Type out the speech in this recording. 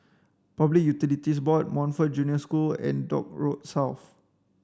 Public Utilities Board Montfort Junior School and Dock Road South